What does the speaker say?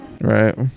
Right